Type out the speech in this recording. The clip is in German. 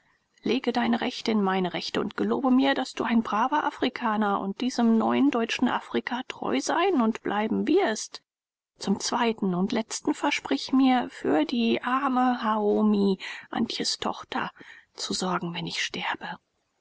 lege deine rechte in meine rechte und gelobe mir daß du ein braver afrikaner und diesem neuen deutschen afrika treu sein und bleiben wirst zum zweiten und letzten versprich mir für die arme haomi antjes tochter zu sorgen wenn ich sterbe